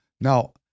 Now